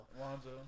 Lonzo